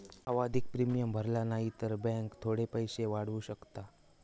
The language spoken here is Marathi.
आवधिक प्रिमियम भरला न्हाई तर बॅन्क थोडे पैशे वाढवू शकता